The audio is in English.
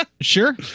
Sure